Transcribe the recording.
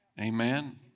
Amen